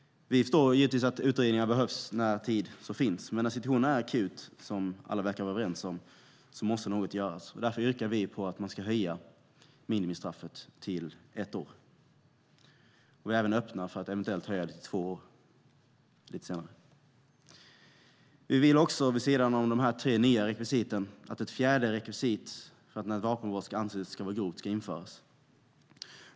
Vi förstår givetvis att utredningar behövs när tid finns, men när situationen är akut, som alla verkar vara överens om, måste något göras. Därför yrkar vi att man ska höja minimistraffet till ett år och även öppna för att eventuellt höja det till två år lite senare. Vi vill också att det vid sidan av de tre nya rekvisiten ska införas ett fjärde rekvisit om när ett vapenbrott ska anses grovt.